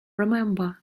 remember